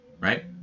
right